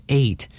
eight